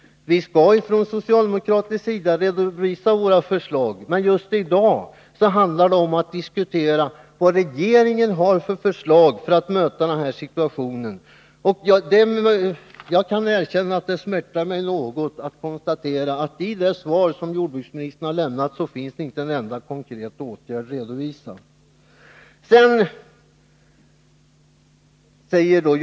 Vi skall från socialdemokratisk sida redovisa våra förslag, men just i dag handlar det om att diskutera vilka förslag regeringen har när det gäller att möta den här nämnda situationen. Jag kan erkänna att det smärtar mig något att behöva konstatera att inte ett enda förslag till konkret åtgärd redovisas i det svar som jordbruksministern har lämnat.